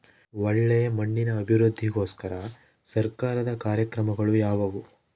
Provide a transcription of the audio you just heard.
ಒಳ್ಳೆ ಮಣ್ಣಿನ ಅಭಿವೃದ್ಧಿಗೋಸ್ಕರ ಸರ್ಕಾರದ ಕಾರ್ಯಕ್ರಮಗಳು ಯಾವುವು?